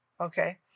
okay